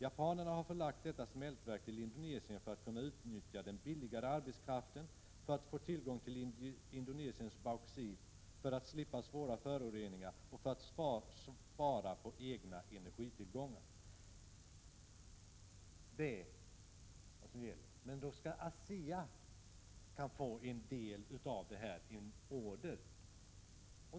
Japanerna har förlagt detta smältverk till Indonesien, för att kunna utnyttja den billigare arbetskraften, för att få tillgång till Indonesiens bauxit, för att slippa svåra föroreningar och för att spara på egna energitillgångar.” Nu skall ASEA få del av detta genom en order.